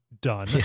done